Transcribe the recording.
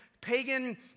pagan